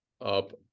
up